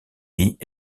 vit